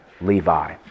Levi